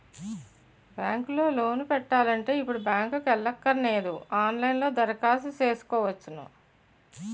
bank లో loan పెట్టాలంటే ఇప్పుడు బ్యాంకుకి ఎల్లక్కరనేదు ఆన్ లైన్ లో దరఖాస్తు సేసుకోవచ్చును